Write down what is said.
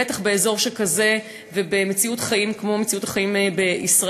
בטח באזור שכזה ובמציאות חיים כמו מציאות החיים בישראל.